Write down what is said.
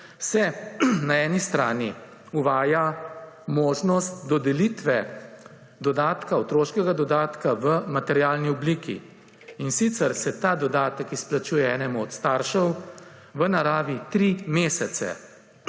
se na eni strani uvaja možnost dodelitve dodatka, otroškega dodatka v materialni obliki, in sicer se ta dodatek izplačuje enemu o staršev v naravi 3 mesece.